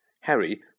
Harry